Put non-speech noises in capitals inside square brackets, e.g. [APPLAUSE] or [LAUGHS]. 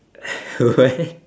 [LAUGHS] what